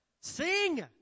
sing